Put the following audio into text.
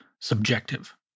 subjective